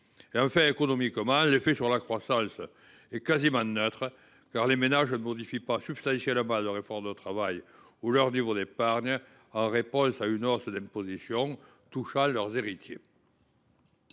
effet, son effet sur la croissance est quasiment neutre : les ménages ne modifient pas substantiellement leur effort de travail ou leur niveau d’épargne en réaction à une hausse d’impôt touchant leurs héritiers.